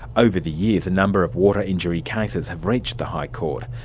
over the years, a number of water injury cases have reached the high court.